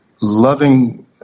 loving